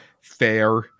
fair